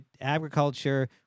agriculture